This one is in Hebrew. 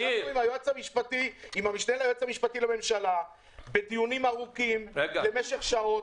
ישבנו עם המשנה ליועץ המשפטי לממשלה בדיונים ארוכים במשך שעות,